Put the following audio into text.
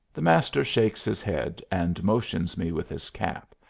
the master shakes his head, and motions me with his cap,